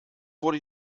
wurde